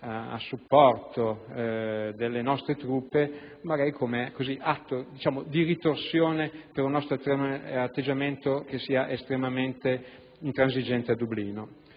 a supporto delle nostre truppe magari come atto di ritorsione per un nostro atteggiamento estremamente intransigente a Dublino.